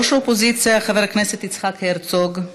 ראש האופוזיציה חבר הכנסת יצחק הרצוג,